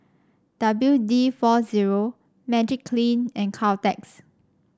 W D four zero Magiclean and Caltex